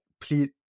please